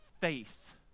faith